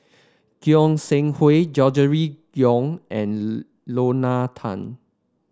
Goi Seng Hui Gregory Yong and Lorna Tan